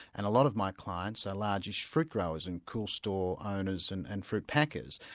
and a lot of my clients are large-ish fruitgrowers, and cool store ah owners, and and fruit packers.